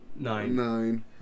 Nine